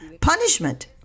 punishment